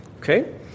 Okay